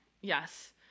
Yes